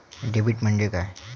Debit म्हणजे काय?